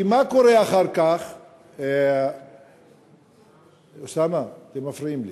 כי מה קורה אחר כך, אוסאמה, אתם מפריעים לי,